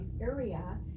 area